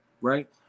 right